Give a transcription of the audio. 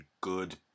good